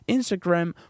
Instagram